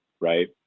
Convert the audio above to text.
right